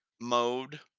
mode